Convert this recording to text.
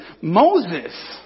Moses